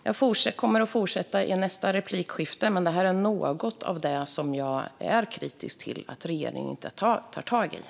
Jag kommer att fortsätta i mitt nästa inlägg, men detta är något av det jag är kritisk till att regeringen inte tar tag i.